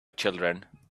children